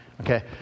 Okay